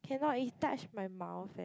cannot it touch my mouth eh